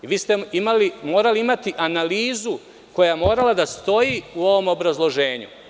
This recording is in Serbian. ste morali imati analizu koja je trebala da stoji u ovom obrazloženju.